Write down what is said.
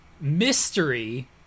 mystery